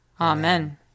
Amen